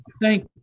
Thank